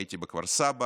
הייתי בכפר סבא,